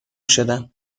شدم